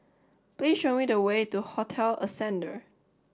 please show me the way to Hotel Ascendere